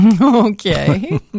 Okay